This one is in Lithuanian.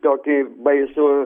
tokį baisų